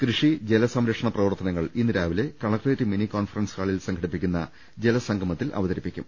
കൃഷി ജല സംരക്ഷണ പ്രവർത്തനങ്ങൾ ഇന്നുരാവിലെ കലക്ട്രേറ്റ് മിനി കോൺഫറൻസ് ഹാളിൽ സംഘടിപ്പിക്കുന്ന ജലസംഗമത്തിൽ അവതരിപ്പി ക്കും